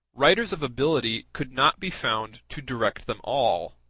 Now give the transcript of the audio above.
writers of ability could not be found to direct them all.